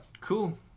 Cool